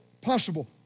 possible